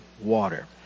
water